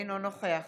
אינו נוכח